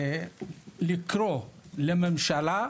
לקרוא לממשלה